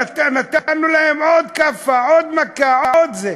נתנו להם עוד כאפה, עוד מכה, עוד זה.